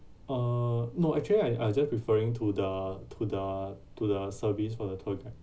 uh no actually I I just referring to the to the to the service for the tour guide